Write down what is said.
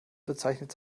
bezeichnet